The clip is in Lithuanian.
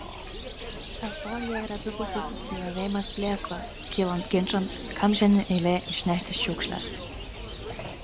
euforija ir abipusis susižavėjimas blėsta kylant ginčams kam šiandien eilė išnešti šiukšles